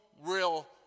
real